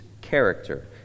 character